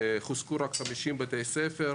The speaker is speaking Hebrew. חוזקו רק 50 בתי ספר.